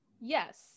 Yes